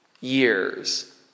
years